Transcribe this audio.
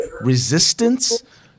resistance